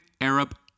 Arab